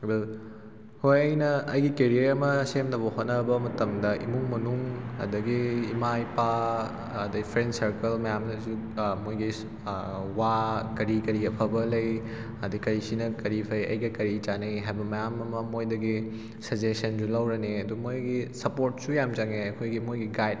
ꯍꯣꯏ ꯑꯩꯅ ꯑꯩꯒꯤ ꯀꯦꯔꯤꯌꯔ ꯑꯃ ꯁꯦꯝꯅꯕ ꯍꯣꯠꯅꯕ ꯃꯇꯝꯗ ꯏꯃꯨꯡ ꯃꯅꯨꯡ ꯑꯗꯨꯗꯒꯤ ꯏꯃꯥ ꯏꯄꯥ ꯑꯗꯨꯗꯩ ꯐ꯭ꯔꯦꯟ ꯁꯔꯀꯜ ꯃꯌꯥꯝꯅꯁꯨ ꯃꯣꯏꯒꯤ ꯋꯥ ꯀꯔꯤ ꯀꯔꯤ ꯑꯐꯕ ꯂꯩ ꯑꯗ ꯀꯔꯤ ꯁꯤꯅ ꯀꯔꯤ ꯐꯩ ꯑꯩꯒ ꯀꯔꯤ ꯆꯥꯟꯅꯩ ꯍꯥꯏꯕ ꯃꯌꯥꯝ ꯑꯃ ꯃꯣꯏꯗꯒꯤ ꯁꯖꯦꯁꯟꯁꯨ ꯂꯧꯔꯅꯤ ꯑꯗꯨ ꯃꯣꯏꯒꯤ ꯁꯞꯄꯣꯔ꯭ꯠꯁꯨ ꯌꯥꯝꯅ ꯆꯪꯉꯦ ꯑꯩꯈꯣꯏꯒꯤ ꯃꯣꯏꯒꯤ ꯒꯥꯏꯗ